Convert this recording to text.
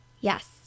Yes